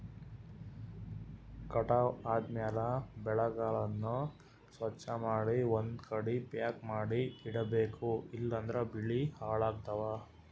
ಕಟಾವ್ ಆದ್ಮ್ಯಾಲ ಬೆಳೆಗಳನ್ನ ಸ್ವಚ್ಛಮಾಡಿ ಒಂದ್ಕಡಿ ಪ್ಯಾಕ್ ಮಾಡಿ ಇಡಬೇಕ್ ಇಲಂದ್ರ ಬೆಳಿ ಹಾಳಾಗ್ತವಾ